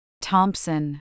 Thompson